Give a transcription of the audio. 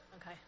Okay